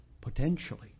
potentially